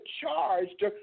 charged